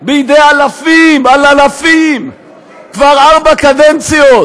בידי אלפים על אלפים כבר ארבע קדנציות?